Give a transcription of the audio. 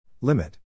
Limit